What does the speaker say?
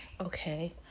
okay